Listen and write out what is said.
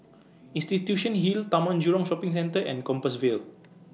Institution Hill Taman Jurong Shopping Centre and Compassvale